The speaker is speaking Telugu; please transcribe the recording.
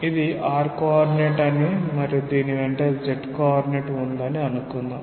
ఇది r కోఆర్డినేట్ అని మరియు దీని వెంట z కోఆర్డినేట్ ఉందని అనుకుందాం